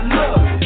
love